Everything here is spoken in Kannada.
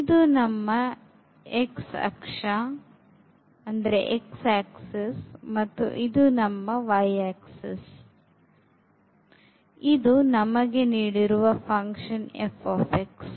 ಇದು ನಮ್ಮ x ಅಕ್ಷ ಮತ್ತು ಇದು ನಮ್ಮ y ಅಕ್ಷ ಮತ್ತು ಇದು ನಮಗೆ ನೀಡಿರುವ ಉತ್ಪನ್ನ f